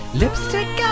lipstick